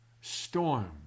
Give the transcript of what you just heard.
storm